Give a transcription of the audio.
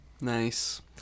Nice